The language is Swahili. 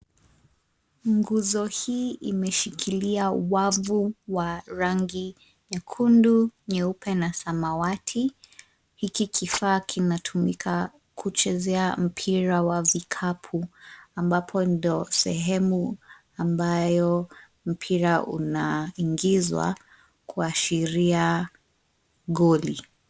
Nguzo hii imeshikilia wavu wa rangi nyekundu, nyeupe na samawati. Hiki kifaa kinatumika kuchezea mpira wa vikapu, ambapo ndo sehemu ambayo mpira unaingizwa kuashiria goli.